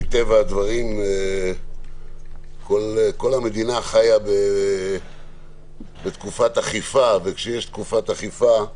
מטבע הדברים כל המדינה חיה בתקופת אכיפה וכשיש תקופת אכיפה,